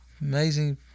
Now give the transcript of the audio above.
Amazing